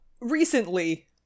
recently